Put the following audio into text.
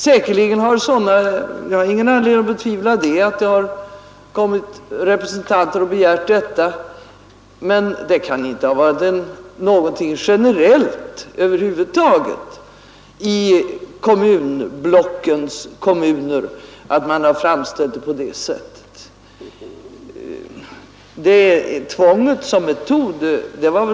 Jag har ingen anledning att betvivla att kommunala representanter har framställt sådana krav, men det kan inte ha varit generellt för kommunblockens kommuner att man framställt det hela på det sättet.